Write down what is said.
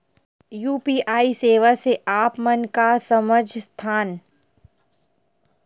UPI सेवा से आप मन का समझ थान?